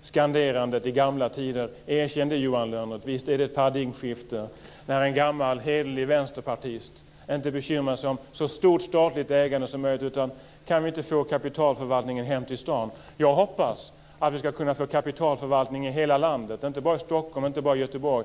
skanderandet i gamla tider. Erkänn det, Johan Lönnroth! Visst är det ett paradigmskifte när en gammal hederlig vänsterpartist inte bekymrar sig om så stort statligt ägande som möjligt utan undrar om man inte kan få kapitalförvaltningen hem till staden. Jag hoppas att vi ska kunna få kapitalförvaltning i hela landet och inte bara i Stockholm och Göteborg.